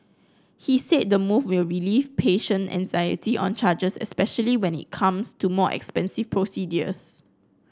he said the move will relieve patient anxiety on charges especially when it comes to more expensive procedures